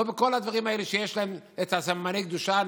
לא בכל הדברים האלה שיש להם סממני קדושה.